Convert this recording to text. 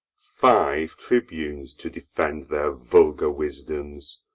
five tribunes, to defend their vulgar wisdoms,